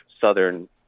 southern